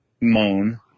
moan